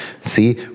See